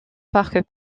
parc